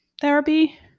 therapy